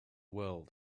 world